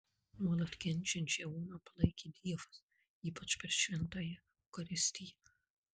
nuolat kenčiančią oną palaikė dievas ypač per šventąją eucharistiją